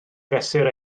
fesur